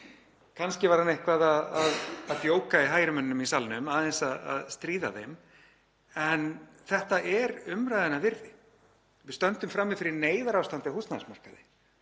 Kannski var hann eitthvað að djóka í hægri mönnunum í salnum, aðeins að stríða þeim. En þetta er umræðunnar virði. Við stöndum frammi fyrir neyðarástandi á húsnæðismarkaði.